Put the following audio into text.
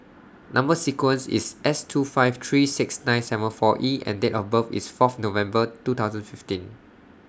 Number sequence IS S two five three six nine seven four E and Date of birth IS Fourth November two thousand fifteen